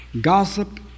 gossip